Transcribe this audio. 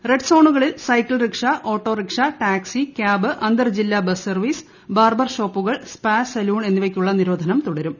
red സോണുകളിൽ cycle rickshaw autorickshaw taxi cab അന്തർ ജില്ലാ ബസ് സർവീസ് ബാർബർ ഷോപ്പുകൾ സ്പാ സലൂൺ എന്നിവയ്ക്കുള്ള നിരോധനം തുടരും